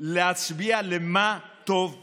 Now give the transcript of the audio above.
להצבעה על מה שטוב לעם,